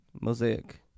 Mosaic